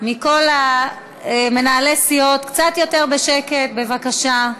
מכל מנהלי הסיעות: קצת יותר בשקט, בבקשה.